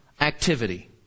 activity